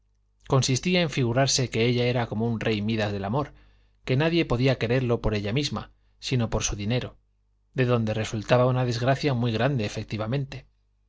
consistía en figurarse que ella era como el rey midas del amor que nadie podía quererla por ella misma sino por su dinero de donde resultaba una desgracia muy grande efectivamente